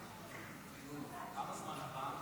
אדוני היושב-ראש,